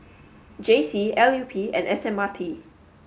J C L U P and S M R T